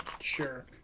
Sure